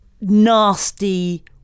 nasty